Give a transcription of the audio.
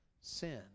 Sin